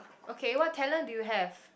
okay what talent do you have